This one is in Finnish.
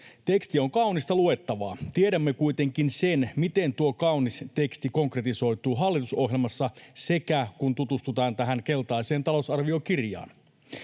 Teksti on kaunista luettavaa. Tiedämme kuitenkin sen, miten tuo kaunis teksti konkretisoituu hallitusohjelmassa sekä siinä, kun tutustutaan tähän keltaiseen talousarviokirjaan.